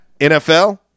NFL